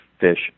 fish